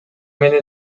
мени